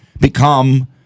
become